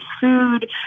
food